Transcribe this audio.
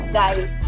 guys